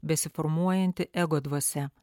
besiformuojanti ego dvasia